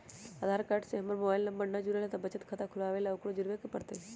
आधार card से हमर mobile number न जुरल है त बचत खाता खुलवा ला उकरो जुड़बे के पड़तई?